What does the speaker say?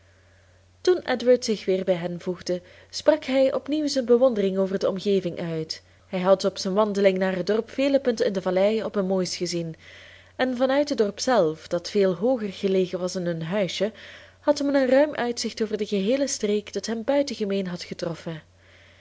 toen edward zich weer bij hen voegde sprak hij opnieuw zijn bewondering over de omgeving uit hij had op zijn wandeling naar het dorp vele punten in de vallei op hun mooist gezien en van uit het dorp zelf dat veel hooger gelegen was dan hun huisje had men een ruim uitzicht over de geheele streek dat hem buitengemeen had getroffen